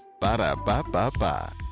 ba-da-ba-ba-ba